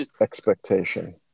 expectation